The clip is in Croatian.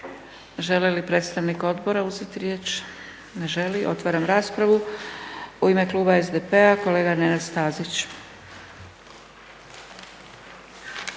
Želi li predstavnik Odbora uzeti riječ? Ne želi. Otvaram raspravu. U ime kluba SDP-a, kolega Nenad Stazić.